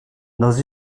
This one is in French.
dans